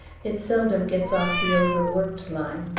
it seldom gets off the overworked line,